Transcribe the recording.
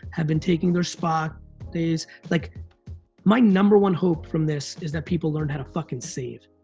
have been taking their spa days. like my number one hope from this, is that people learn how to fucking save.